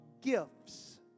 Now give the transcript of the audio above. gifts